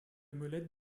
molette